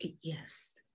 yes